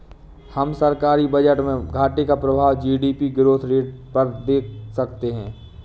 हम सरकारी बजट में घाटे का प्रभाव जी.डी.पी ग्रोथ रेट पर देख सकते हैं